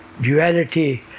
Duality